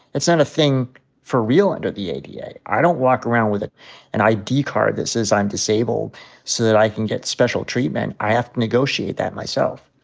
that's not a thing for real under the ada. i don't walk around with an id card that says i'm disabled so that i can get special treatment. i have to negotiate that myself.